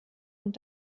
und